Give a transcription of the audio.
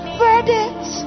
verdict